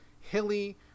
hilly